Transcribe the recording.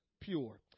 pure